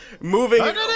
moving